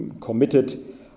committed